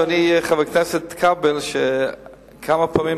אדוני חבר הכנסת כבל,